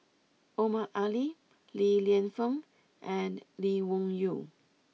Omar Ali Li Lienfung and Lee Wung Yew